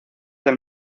del